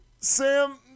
Sam